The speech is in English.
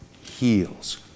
heals